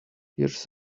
hears